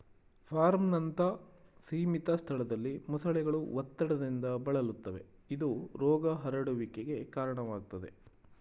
ಫಾರ್ಮ್ನಂತ ಸೀಮಿತ ಸ್ಥಳದಲ್ಲಿ ಮೊಸಳೆಗಳು ಒತ್ತಡದಿಂದ ಬಳಲುತ್ತವೆ ಇದು ರೋಗ ಹರಡುವಿಕೆಗೆ ಕಾರಣವಾಗ್ತದೆ